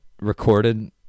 recorded